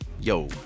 yo